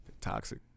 Toxic